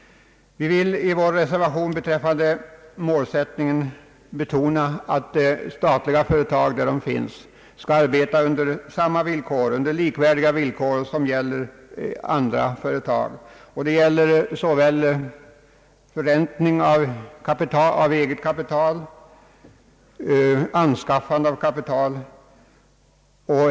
Vi vill i vår reservation beträffande målsättningen betona att de statliga företag där de finns skall arbeta under likvärdiga villkor som gäller för andra företag, så väl i fråga om förräntning av eget kapital som anskaffande av kapital.